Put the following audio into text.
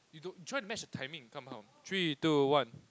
you don't you try to match the timing somehow three two one